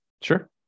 Sure